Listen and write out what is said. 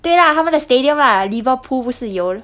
对啦他们的 stadium lah liverpool 不是有